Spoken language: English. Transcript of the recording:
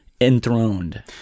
Enthroned